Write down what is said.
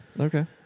Okay